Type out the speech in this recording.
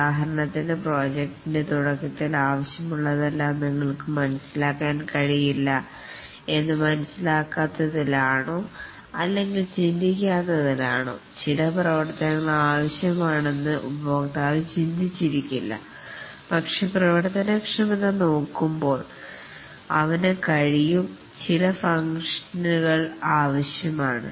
ഉദാഹരണത്തിന് പ്രോജക്റ്റിൻറെ തുടക്കത്തിൽ ആവശ്യമുള്ളതെല്ലാം നിങ്ങൾക്ക് മനസ്സിലാക്കാൻ കഴിയില്ല എന്ന് മനസ്സിലാക്കാത്തതിനാലോ അല്ലെങ്കിൽ ചിന്തിക്കാത്തതിനാലോ ചില പ്രവർത്തനങ്ങൾ ആവശ്യമാണെന്ന് ഉപഭോക്താവ് ചിന്തിച്ചിരിക്കില്ല പക്ഷേ പ്രവർത്തനക്ഷമത നോക്കുമ്പോൾ അവന് കഴിയും ചില ഫംഗ്ഷനുകൾ ആവശ്യമാണ്